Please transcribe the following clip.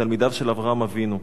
מתלמידיו של אברהם אבינו,